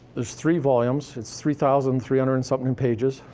there's three volumes, it's three thousand three hundred and something pages,